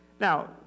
Now